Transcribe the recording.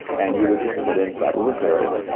and you would just put in federal reserve.